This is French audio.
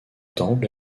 temple